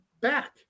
back